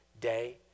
day